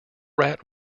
rat